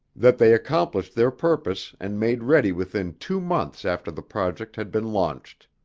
that they accomplished their purpose and made ready within two months after the project had been launched.